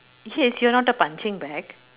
yes you're not a punching bag